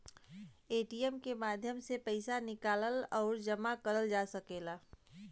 ATM के माध्यम से पइसा निकाल आउर जमा भी करल जा सकला